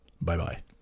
Bye-bye